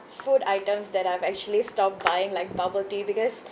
food items that I've actually stopped buying like bubble tea because